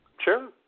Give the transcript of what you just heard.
Sure